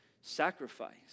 sacrifice